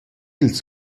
ils